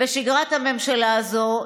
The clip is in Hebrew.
בשגרת הממשלה הזאת,